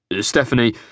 Stephanie